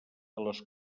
les